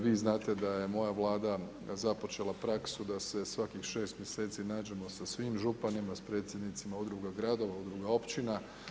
Vi znate da je moja Vlada započela praksu da se svakih 6 mjeseci nađemo sa svim županima, sa predsjednicima udruga gradova, udruga općina.